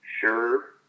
sure